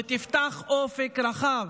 ותפתח אופק רחב